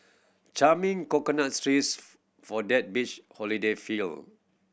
charming coconuts trees for that beach holiday feel